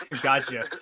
gotcha